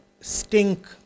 stink